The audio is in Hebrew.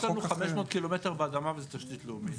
יש לנו 500 קילומטר באדמה וזה תשתית לאומית.